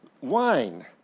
wine